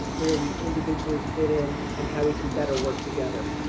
where we individually fit in and how we can better work together.